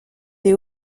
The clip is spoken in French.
des